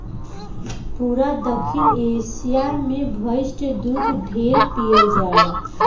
पूरा दखिन एशिया मे भइस के दूध ढेरे पियल जाला